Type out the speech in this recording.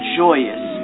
joyous